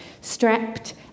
strapped